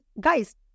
guys